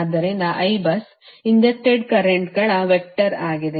ಆದ್ದರಿಂದ Ibus injected ಕರೆಂಟ್ಗಳ vector ಆಗಿದೆ